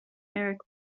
eric